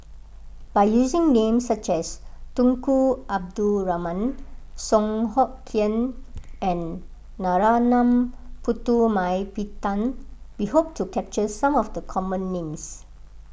by using names such as Tunku Abdul Rahman Song Hoot Kiam and Narana Putumaippittan we hope to capture some of the common names